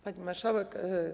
Pani Marszałek!